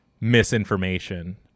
misinformation